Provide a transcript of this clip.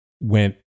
went